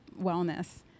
wellness